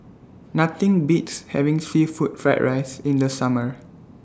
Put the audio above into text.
Nothing Beats having Seafood Fried Rice in The Summer